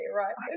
right